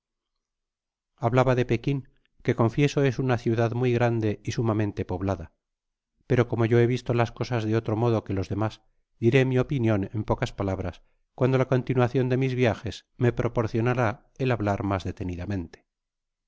hablaba de pekin que confieso es una ciudad muy grande y sumamente poblada pero como yo he visto las cosas de otro modo que los demas diré mi opinion eu po cas palabras cuando la continuacion de mis viajes me proporcionará el hablar mas detenidamente